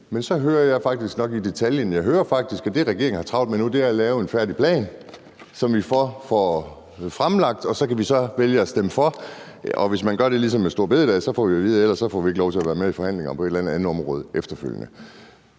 Men så hører jeg faktisk – det ligger nok i detaljen – at det, regeringen har travlt med nu, er at lave en færdig plan, som vi får fremlagt, og så kan vi så vælge at stemme for, ellers gør man det ligesom med store bededag, og så får vi at vide, at vi ikke får lov til at være med i forhandlingerne på et eller andet andet område efterfølgende.